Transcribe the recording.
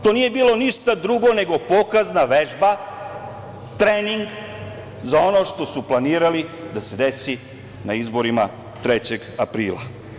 To nije bilo ništa drugo nego pokazna vežba, trening za ono što su planirali da se desi na izborima 3. aprila.